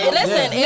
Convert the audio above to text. listen